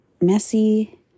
messy